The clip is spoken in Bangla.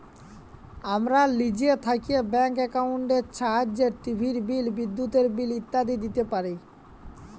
আমরা লিজে থ্যাইকে ব্যাংক একাউল্টের ছাহাইয্যে টিভির বিল, বিদ্যুতের বিল ইত্যাদি দিইতে পারি